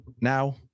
Now